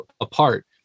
apart